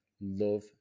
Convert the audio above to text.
love